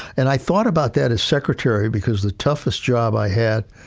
and i thought about that as secretary because the toughest job i had,